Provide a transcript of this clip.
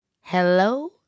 Hello